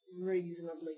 reasonably